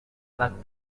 edat